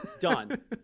Done